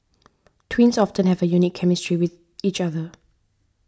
twins often have a unique chemistry with each other